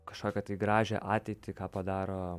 kažkokią tai gražią ateitį ką padaro